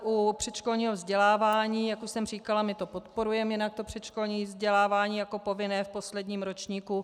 U předškolního vzdělávání, jak už jsem říkala, my podporujeme jinak to předškolní vzdělávání jako povinné v posledním ročníku.